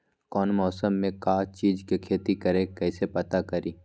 कौन मौसम में का चीज़ के खेती करी कईसे पता करी?